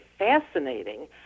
fascinating